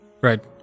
Right